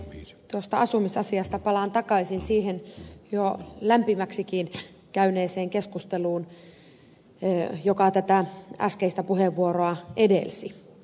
asumisasiasta palaan takaisin siihen jo lämpimäksikin käyneeseen keskusteluun joka äskeistä puheenvuoroa edelsi